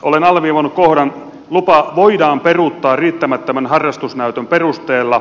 olen alleviivannut kohdan lupa voidaan peruuttaa riittämättömän harrastusnäytön perusteella